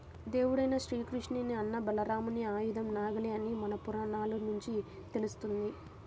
దేవుడైన శ్రీకృష్ణుని అన్న బలరాముడి ఆయుధం నాగలి అని మన పురాణాల నుంచి తెలుస్తంది